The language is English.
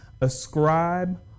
Ascribe